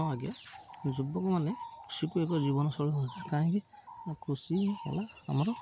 ହଁ ଆଜ୍ଞା ଯୁବକମାନେ କୃଷିକୁ ଏକ ଜୀବନଶୈଳୀ ଭାବନ୍ତି କାହିଁକି କୃଷି ହେଲା ଆମର